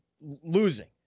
losing